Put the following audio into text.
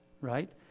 right